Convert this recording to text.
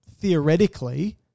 theoretically